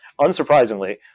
Unsurprisingly